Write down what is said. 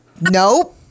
nope